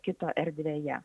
kito erdvėje